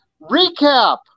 recap